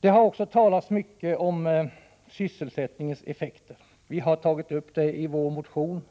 Det har också talats mycket om effekterna på sysselsättningen. Vi har tagit upp den frågan i vår motion